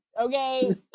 Okay